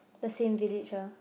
the same village ah